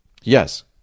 Yes